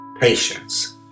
patience